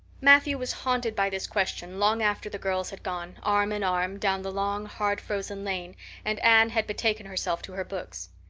matthew was haunted by this question long after the girls had gone, arm in arm, down the long, hard-frozen lane and anne had betaken herself to her books.